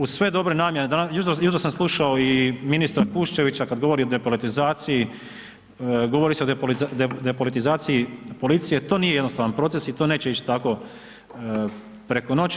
Uz sve dobre namjere, jučer sa slušao i ministra Kuščevića kad govori o depolitizaciji, govori se o depolitizaciji policije, to nije jednostavan proces i to neće ići tako preko noći.